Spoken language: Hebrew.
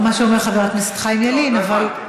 מה שאומר חבר הכנסת חיים ילין, לא, לא הבנתם.